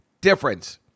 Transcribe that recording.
difference